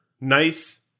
nice